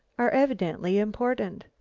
are evidently important.